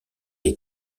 est